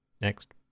next